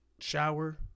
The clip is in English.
shower